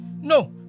No